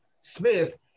Smith